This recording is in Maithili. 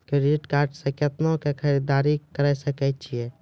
क्रेडिट कार्ड से कितना के खरीददारी करे सकय छियै?